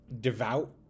devout